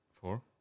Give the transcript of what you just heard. Four